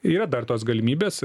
yra dar tos galimybės